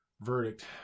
verdict